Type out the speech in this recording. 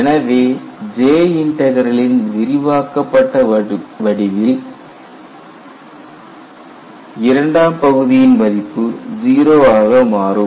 எனவே J இன்டக்ரலின் விரிவாக்கப்பட்ட வடிவில் இரண்டாம் பகுதியின் மதிப்பு 0 ஆக மாறும்